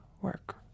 work